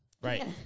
Right